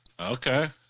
Okay